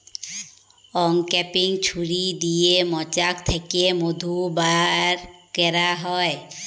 uncapping ছুরি দিয়ে মোচাক থ্যাকে মধু ব্যার ক্যারা হয়